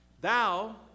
Thou